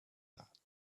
that